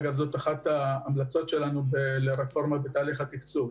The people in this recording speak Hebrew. זאת אחת ההמלצות שלנו לרפורמה בתהליך התקצוב.